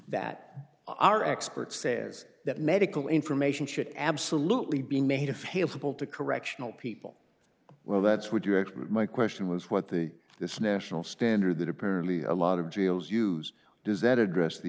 that our expert says that medical information should absolutely be made available to correctional people well that's would you act my question was what the this national standard that apparently a lot of jails use does that address the